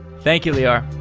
thank you, lior.